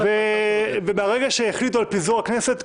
וברגע שהחליטו על פיזור הכנסת,